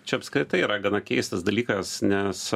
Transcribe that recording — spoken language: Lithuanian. čia apskritai yra gana keistas dalykas nes